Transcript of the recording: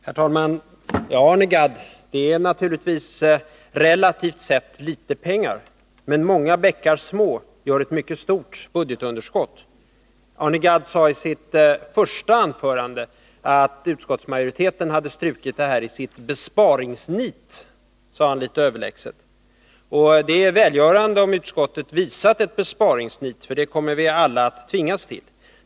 Herr talman! Ja, Arne Gadd, det är naturligtvis relativt sett litet pengar det gäller. Men många bäckar små gör ett mycket stort budgetunderskott. Arne Gadd sade i sitt första anförande att utskottsmajoriteten hade strukit det här anslaget i sitt besparingsnit — han sade det litet överlägset. Men det är välgörande om utskottet visat ett besparingsnit, för det kommer vi alla att tvingas till.